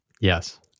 Yes